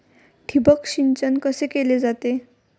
ठिबक सिंचन कसे केले जाते?